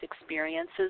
experiences